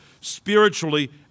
spiritually